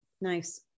Nice